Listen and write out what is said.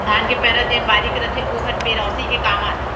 धान के पैरा जेन बारीक रथे ओहर पेरौसी के काम आथे